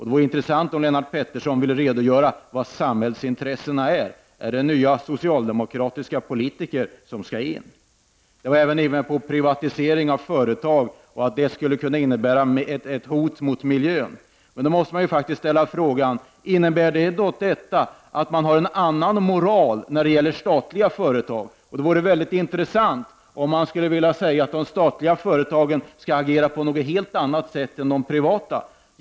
Det vore intressant om Lennart Pettersson ville redogöra för vad som menas med ”samhällsintressen”. Är det nya socialdemokratiska politiker som skall in? Privatiseringen av företag, en fråga som också har tagits upp här, skulle innebära ett hot mot miljön. Men innebär det att man har en annan moral när det gäller statliga företag? Det vore väldigt intressant att få veta vad som gäller. Skall de statliga företagen agera på ett helt annat sätt än de privata?